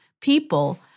people